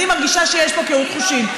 אני מרגישה שיש פה קהות חושים.